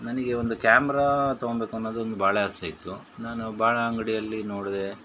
ನನಗೆ ಒಂದು ಕ್ಯಾಮ್ರಾ ತೊಗೊಂಬೇಕು ಅನ್ನೋದು ಒಂದು ಭಾಳ ಆಸೆಯಿತ್ತು ನಾನು ಭಾಳ ಅಂಗಡಿಯಲ್ಲಿ ನೋಡಿದೆ